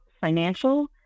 financial